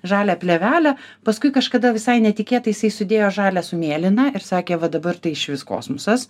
žalią plėvelę paskui kažkada visai netikėtai jisai sudėjo žalią su mėlyna ir sakė va dabar tai išvis kosmosas